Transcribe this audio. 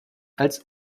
als